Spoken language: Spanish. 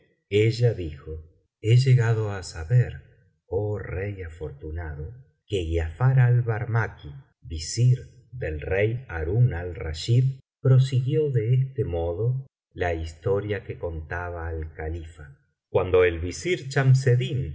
ella dijo he llegado á saber oh rey afortunado que giafar al barmakí visir del rey harún al rachid prosiguió de este modo la historia que contaba al califa cuando el visir